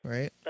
Right